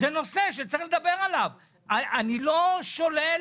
זה נושא